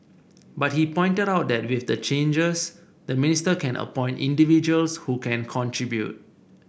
but he pointed out that with the changes the minister can appoint individuals who can contribute